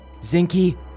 Zinky